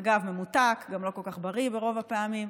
אגב, ממותק, גם לא כל כך בריא ברוב הפעמים,